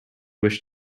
wish